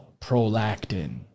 prolactin